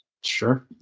Sure